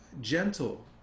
gentle